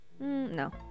No